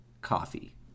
coffee